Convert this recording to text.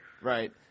Right